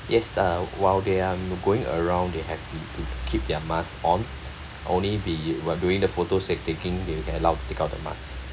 yes uh while they are going around they have to to keep their mask on only be while doing the photo taking they are allowed to take out the mask